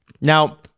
Now